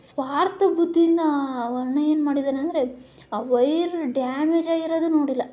ಸ್ವಾರ್ಥ ಬುದ್ಧಿಯಿಂದ ಅವು ಅಣ್ಣ ಏನ್ಮಾಡಿದ್ದಾನೆ ಅಂದರೆ ಆ ವಯ್ರ್ ಡ್ಯಾಮೇಜ್ ಆಗಿರೋದು ನೋಡಿಲ್ಲ